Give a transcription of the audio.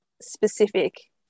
specific